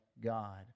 God